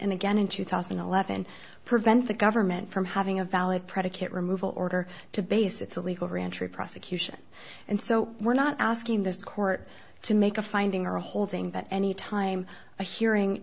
and again in two thousand and eleven prevent the government from having a valid predicate removal order to base it's a legal ranch or a prosecution and so we're not asking this court to make a finding or a holding that any time a hearing